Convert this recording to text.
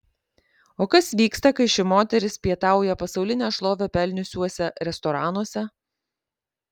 o kas vyksta kai ši moteris pietauja pasaulinę šlovę pelniusiuose restoranuose